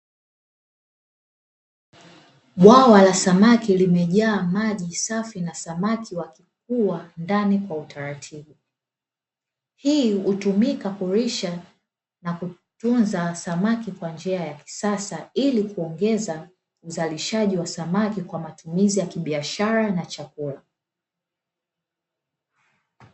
Bwawa la samaki limejaa maji safi na samaki wakikua ndani kwa utaratibu. hii hutumika kulisha na kutunza samaki kwa njia ya kisasa ilikuongeza uzalishaji wa samaki kwa matumizi ya kibiashara na chakula.